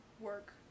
work